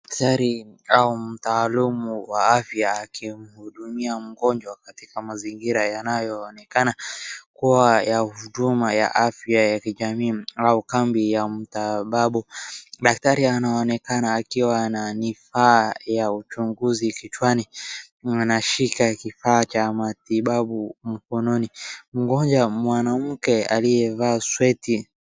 Daktari au mtaalumu wa afya akimhudumia mgonjwa katika mazingira yanayoonekana kuwa ya huduma ya afya ya kijamii au kambi ya matibabu. Daktari anaonekana akiwa na kifaa ya uchunguzi kichwani na anashika kifaa cha matibabu mkonononi . Mgonjwa mwanamke aliyevaa sweta.